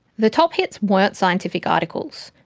the top hits weren't scientific articles,